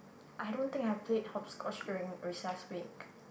I don't think I've played hopscotch during recess week